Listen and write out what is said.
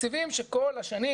תקציבים שכל השנים,